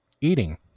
eating